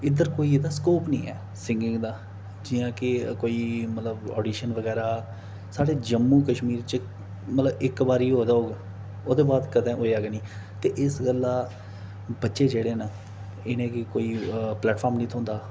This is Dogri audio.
इद्धर कोई एह्दा स्कोप नेईं ऐ सिंगिंग दा जि'यां केह् कोई मतलब आडिशन बगैरा साढ़े जम्मू कश्मीर च मतलब इक बारी होए दा होग ओह्दे बाद कदें होएआ गै नेईं ते इस गल्ला बच्चे जेह्ड़े न इ'नें गी कोई प्लैटफार्म निं थ्होंदा